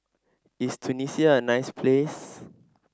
is Tunisia a nice place